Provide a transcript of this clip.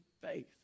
faith